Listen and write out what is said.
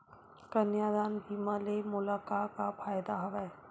कन्यादान बीमा ले मोला का का फ़ायदा हवय?